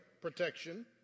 protection